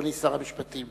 אדוני שר המשפטים.